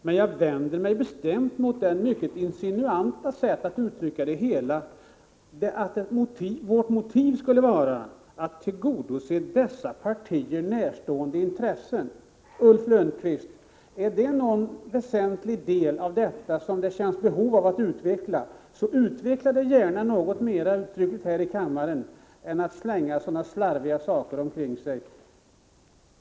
Men jag vänder mig bestämt mot det mycket insinuanta sättet att uttrycka det hela, dvs. att vårt motiv skulle vara att tillgodose ”dessa partier närstående intressen”. Ulf Lönnqvist! Är detta någonting väsentligt som det känns behov av att utveckla, så gör gärna det här i kammaren, i stället för att slänga så slarviga yttranden omkring sig.